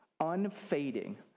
unfading